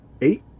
eight